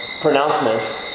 pronouncements